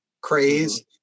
craze